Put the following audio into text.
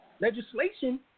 Legislation